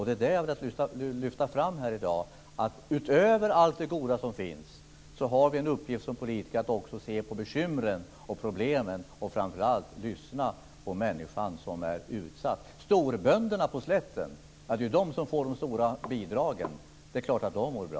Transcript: Det är det jag har velat lyfta fram här i dag: Utöver allt det goda som finns har vi en uppgift som politiker att också se på bekymren och problemen och framför allt lyssna på människan som är utsatt. Det är storbönderna på slätten som får de stora bidragen. Det är klart att de mår bra.